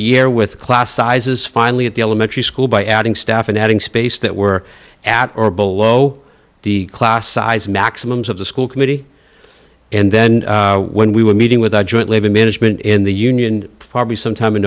year with class sizes finally at the elementary school by adding staff and adding space that were at or below the class size maximums of the school committee and then when we were meeting with the joint living management in the union probably sometime in